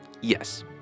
Yes